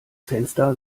fenster